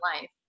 life